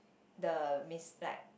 the miss like